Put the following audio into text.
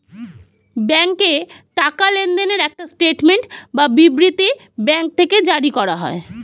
ব্যাংকে টাকা লেনদেনের একটা স্টেটমেন্ট বা বিবৃতি ব্যাঙ্ক থেকে জারি করা হয়